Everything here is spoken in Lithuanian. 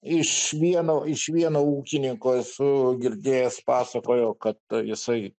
iš vieno iš vieno ūkininko esu girdėjęs pasakojo kad jisai